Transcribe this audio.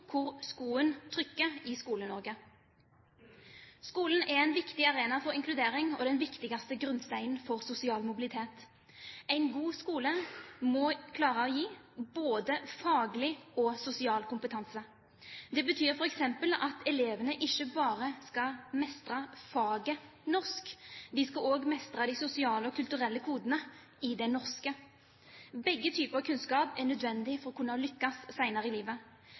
hvor skoen trykker i Skole-Norge. Skolen er en viktig arena for inkludering og den viktigste grunnsteinen for sosial mobilitet. En god skole må klare å gi både faglig og sosial kompetanse. Det betyr f.eks. at elevene ikke bare skal mestre faget norsk. De skal også mestre de sosiale og kulturelle kodene i «det norske». Begge typer kunnskap er nødvendig for å kunne lykkes senere i livet.